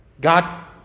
God